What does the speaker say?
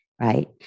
right